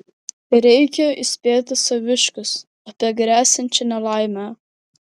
reikia įspėti saviškius apie gresiančią nelaimę